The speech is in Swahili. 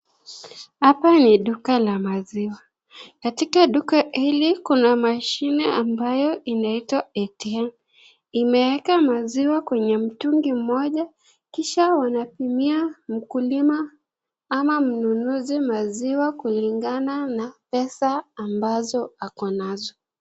Hapa ni duka la maziwa katika duka hili kuna mashine ambayo inaitwa ATM imeweka maziwa kwenye mtungi mmoja kisha wanapimia mkulima ama mnunuzi maziwa kulingana na pesa ambazo ako nazo.